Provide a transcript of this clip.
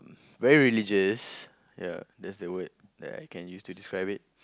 very religious ya that's the word that I can use to describe it